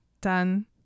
Done